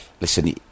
listen